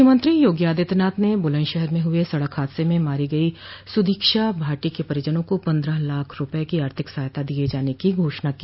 मुख्यमंत्री योगी आदित्यनाथ ने बुलंदशहर में हुए सड़क हादसे में मारी गई सुदीक्षा भाटी के परिजनों को पन्द्रह लाख रूपये की आर्थिक सहायता दिये जाने की घोषणा की